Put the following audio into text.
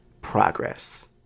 progress